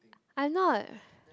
I'm not